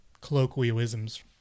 colloquialisms